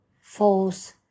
false